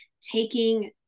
taking